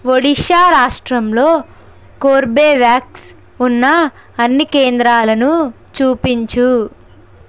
ఒడిషా రాష్ట్రంలో కోర్బేవ్యాక్స్ ఉన్న అన్ని కేంద్రాలను చూపించు